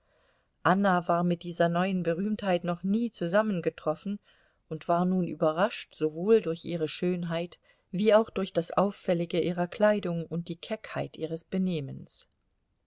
anna war mit dieser neuen berühmtheit noch nie zusammengetroffen und war nun überrascht sowohl durch ihre schönheit wie auch durch das auffällige ihrer kleidung und die keckheit ihres benehmens